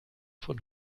von